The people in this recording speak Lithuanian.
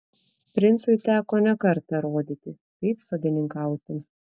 princui teko ne kartą rodyti kaip sodininkauti